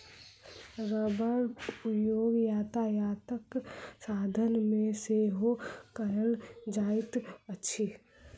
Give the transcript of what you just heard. रबड़क उपयोग यातायातक साधन मे सेहो कयल जाइत अछि